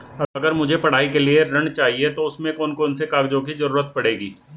अगर मुझे पढ़ाई के लिए ऋण चाहिए तो उसमें कौन कौन से कागजों की जरूरत पड़ेगी?